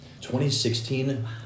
2016